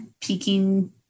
peaking